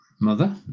Mother